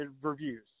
reviews